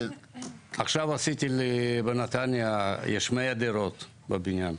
עכשיו עשיתי בנתניה יש 100 דירות בבניין.